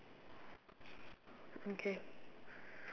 okay